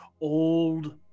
old